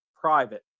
private